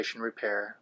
repair